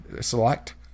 select